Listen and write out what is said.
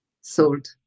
sold